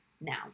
Now